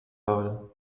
houden